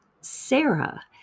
Sarah